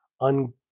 un